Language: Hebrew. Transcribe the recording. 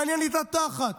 מעניין לי את התחת.